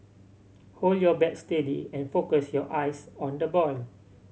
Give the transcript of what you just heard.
hold your bat steady and focus your eyes on the ball